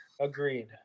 Agreed